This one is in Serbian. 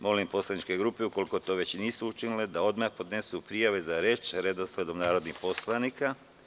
Molim poslaničke grupe, ukoliko to već nisu učinile, da odmah podnesu prijave za reč sa redosledom narodnih poslanika.